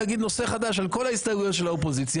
להגיד נושא חדש על כל ההסתייגויות של האופוזיציה,